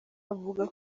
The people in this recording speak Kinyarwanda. avuga